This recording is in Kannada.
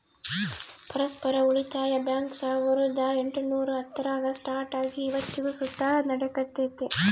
ಪರಸ್ಪರ ಉಳಿತಾಯ ಬ್ಯಾಂಕ್ ಸಾವುರ್ದ ಎಂಟುನೂರ ಹತ್ತರಾಗ ಸ್ಟಾರ್ಟ್ ಆಗಿ ಇವತ್ತಿಗೂ ಸುತ ನಡೆಕತ್ತೆತೆ